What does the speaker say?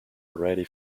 already